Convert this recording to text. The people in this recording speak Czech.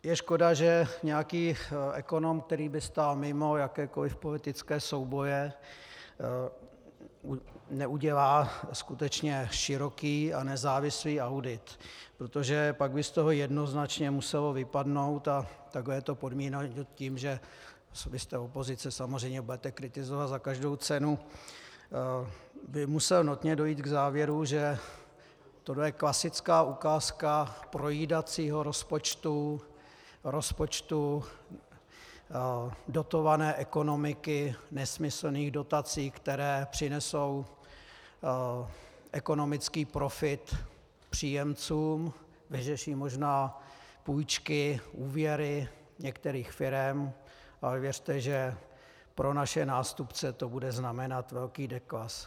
Je škoda, že nějaký ekonom, který by stál mimo jakékoliv politické souboje, neudělá skutečně široký a nezávislý audit, protože pak by z toho jednoznačně muselo vypadnout, a takhle je to podmíněno tím, že vy jste opozice, samozřejmě budete kritizovat za každou cenu, by musel nutně dojít k závěru, že tohle je klasická ukázka projídacího rozpočtu, rozpočtu dotované ekonomiky, nesmyslných dotací, které přinesou ekonomický profit příjemcům, vyřeší možná půjčky, úvěry některých firem, ale věřte, že pro naše nástupce to bude znamenat velký deklas.